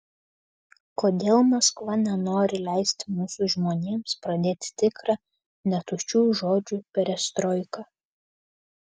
kodėl maskva nenori leisti mūsų žmonėms pradėti tikrą ne tuščių žodžių perestroiką